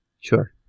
Sure